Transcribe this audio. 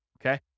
Okay